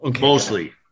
Mostly